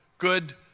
good